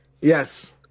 Yes